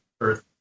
earth